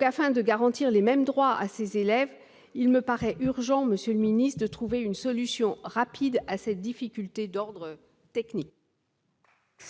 Afin de garantir les mêmes droits à ces élèves, il me paraît urgent, monsieur le ministre, de trouver une solution rapide à ces difficultés d'ordre technique.